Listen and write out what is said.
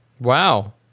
Wow